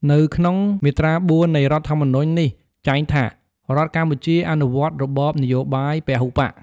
នៅក្នុងមាត្រា៤ នៃរដ្ឋធម្មនុញ្ញនេះចែងថារដ្ឋកម្ពុជាអនុវត្ត របបនយោបាយពហុបក្ស។